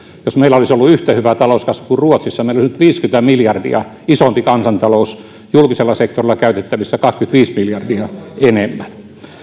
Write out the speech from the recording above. jos meillä olisi ollut yhtä hyvä talouskasvu kuin ruotsissa meillä olisi nyt viisikymmentä miljardia isompi kansantalous julkisella sektorilla käytettävissä kaksikymmentäviisi miljardia enemmän